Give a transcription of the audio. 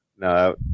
No